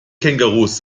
kängurus